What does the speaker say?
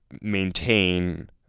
maintain